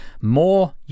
more